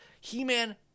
He-Man